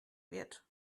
wird